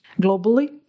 globally